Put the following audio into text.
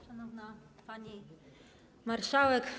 Szanowna Pani Marszałek!